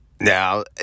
Now